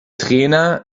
trainer